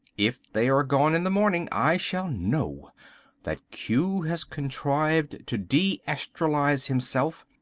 if they are gone in the morning, i shall know that q has contrived to de-astralise himself,